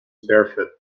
barefoot